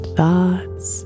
thoughts